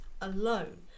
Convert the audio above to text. alone